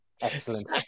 Excellent